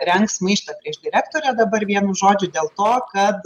rengs maištą prieš direktorę dabar vienu žodžių dėl to kad